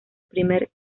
primer